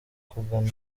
kugana